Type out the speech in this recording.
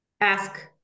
Ask